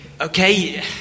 okay